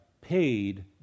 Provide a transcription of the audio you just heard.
paid